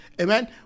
amen